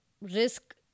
risk